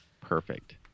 perfect